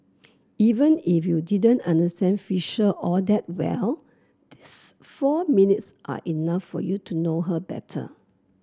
even if you didn't understand Fisher all that well these four minutes are enough for you to know her better